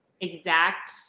exact